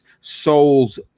souls